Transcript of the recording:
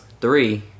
three